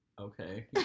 okay